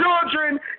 children